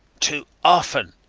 too often.